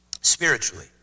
Spiritually